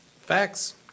Facts